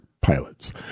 pilots